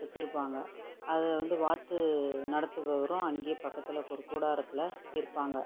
வச்சுருப்பாங்க அதை வந்து வாத்து நடத்துபவரும் அங்கேயே பக்கத்தில் ஒரு கூடாரத்தில் இருப்பாங்கள்